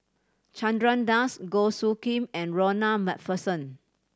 Chandra Das Goh Soo Khim and Ronald Macpherson